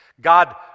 God